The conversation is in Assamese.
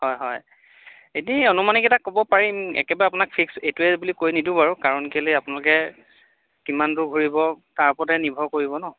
হয় হয় এনেই আনুমাণিক এটা ক'ব পাৰিম একেবাৰে আপোনাক ফিক্স এইটোৱে বুলি কৈ নিদিওঁ বাৰু কাৰণ কেলৈ আপোনালোকে কিমানটোৰ ঘূৰিব তাৰ ওপৰতে নিৰ্ভৰ কৰিব নহ্